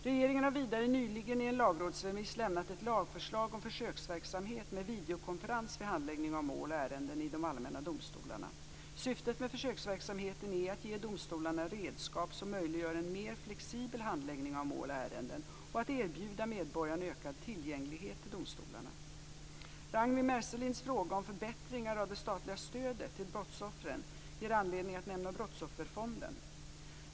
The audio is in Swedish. Regeringen har vidare nyligen i en lagrådsremiss lämnat ett lagförslag om försöksverksamhet med videokonferens vid handläggning av mål och ärenden i de allmänna domstolarna. Syftet med försöksverksamheten är att ge domstolarna redskap som möjliggör en mer flexibel handläggning av mål och ärenden och att erbjuda medborgarna ökad tillgänglighet till domstolarna. Ragnwi Marcelinds fråga om förbättringar av det statliga stödet till brottsoffren ger anledning att nämna Brottsofferfonden.